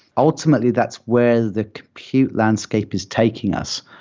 ultimately, that's where the compute landscape is taking us.